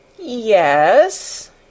Yes